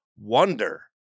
wonder